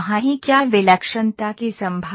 क्या विलक्षणता की संभावना है